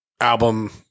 album